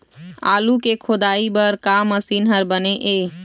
आलू के खोदाई बर का मशीन हर बने ये?